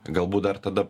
galbūt dar tada